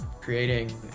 creating